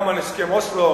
גם על הסכם אוסלו